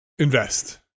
invest